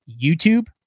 youtube